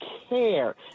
care